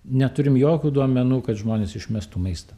neturim jokių duomenų kad žmonės išmestų maistą